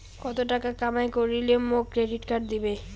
কত টাকা কামাই করিলে মোক ক্রেডিট কার্ড দিবে?